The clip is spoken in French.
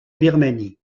birmanie